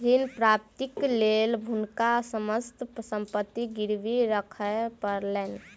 ऋण प्राप्तिक लेल हुनका समस्त संपत्ति गिरवी राखय पड़लैन